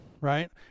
right